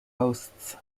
hosts